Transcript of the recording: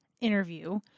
interview